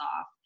off